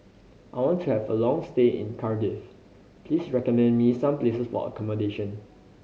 I want to have a long stay in Cardiff please recommend me some places for accommodation